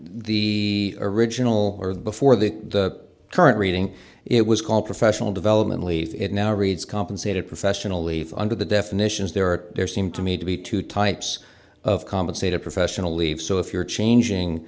the original before the current reading it was called professional development leave it now reads compensated professionally for under the definitions there are there seem to me to be two types of compensate a professional leave so if you're changing